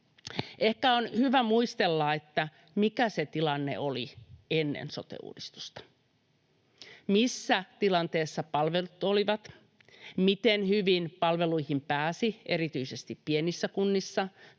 Ehkä on hyvä muistella, mikä se tilanne oli ennen sote-uudistusta, missä tilanteessa palvelut olivat, miten hyvin palveluihin pääsi erityisesti pienissä kunnissa